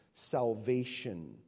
salvation